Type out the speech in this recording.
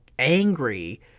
Angry